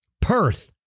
Perth